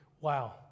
wow